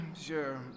Sure